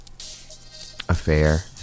affair